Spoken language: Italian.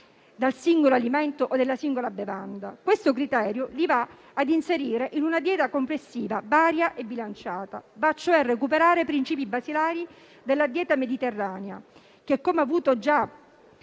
del singolo alimento o della singola bevanda. È un criterio che li inserisce in una dieta complessiva varia e bilanciata; va cioè a recuperare i principi basilari della dieta mediterranea, che - come ho avuto già